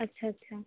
अच्छा अच्छा